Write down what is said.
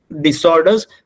disorders